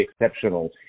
exceptional